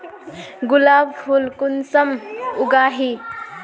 गुलाब फुल कुंसम उगाही?